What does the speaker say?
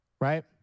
right